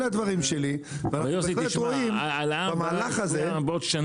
אלה הדברים שלי --- יוסי תשמע, ההעלאה בעוד שנה.